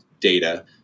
data